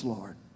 Lord